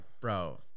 bro